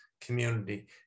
community